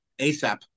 ASAP